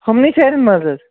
یِِمنٕے سیرٮ۪ن منٛز حظ